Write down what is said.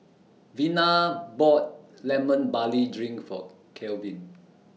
Vina bought Lemon Barley Drink For Kevin